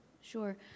Sure